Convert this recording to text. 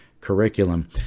curriculum